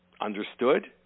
understood